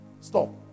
Stop